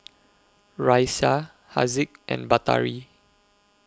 Raisya Haziq and Batari